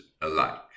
alike